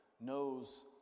knows